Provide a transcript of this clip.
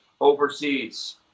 overseas